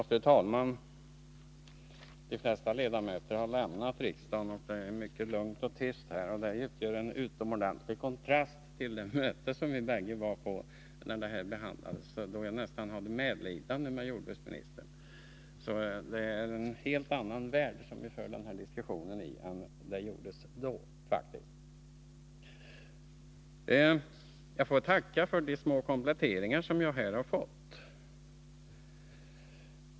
Fru talman! De flesta ledamöterna har lämnat riksdagen, och det är mycket lugnt och tyst här. Det utgör en utomordentlig kontrast till det möte där denna fråga behandlades som jordbruksministern och jag var på, då jag nästan hade medlidande med jordbruksministern. Det är i en helt annan värld som vi för denna diskussion i dag. Jag får tacka för de små kompletteringar som jag här har fått.